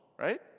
right